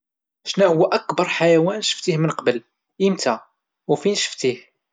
شنوهوا اكبر حيوان شفتيه من قبل، ايمتا وفين شفتيه؟